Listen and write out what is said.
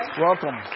Welcome